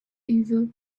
evil